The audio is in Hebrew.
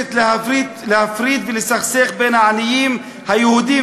מבקשת להפריד ולסכסך בין העניים היהודים